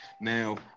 Now